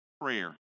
prayer